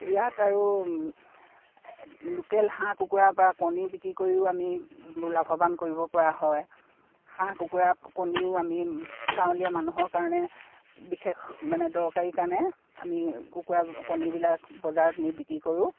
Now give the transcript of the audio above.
ইয়াত আৰু লোকেল হাঁহ কুকুৰাৰ পৰা কণী বিক্ৰী কৰিও আমি লাভৱান কৰিব পৰা হয় হাঁহ কুকুৰা কণীও আমি গাঁৱলীয়া মানুহৰ কাৰণে বিশেষ মানে দৰকাৰী কাৰণে আমি কুকুৰা কণীবিলাক বজাৰত নি বিক্ৰী কৰোঁ